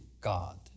God